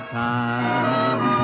time